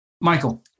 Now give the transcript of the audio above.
Michael